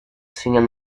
seeing